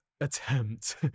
attempt